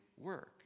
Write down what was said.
work